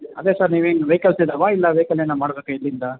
ಅದೇ ಸರ್ ನೀವು ಈಗ ವೆಯ್ಕಲ್ಸ್ ಇದ್ದಾವಾ ಇಲ್ಲ ವೆಯ್ಕಲ್ ಏನಾರ ಮಾಡಬೇಕಾ ಇಲ್ಲಿಂದ